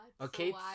Okay